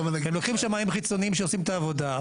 הם לוקחים שמאים חיצוניים שלוקחים את העבודה,